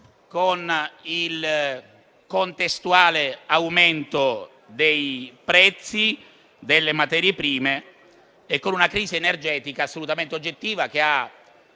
con il contestuale aumento dei prezzi delle materie prime e con una crisi energetica assolutamente oggettiva, che ha